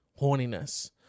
horniness